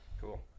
Cool